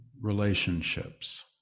relationships